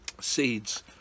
seeds